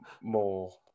more